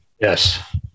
Yes